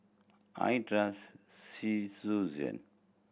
I trust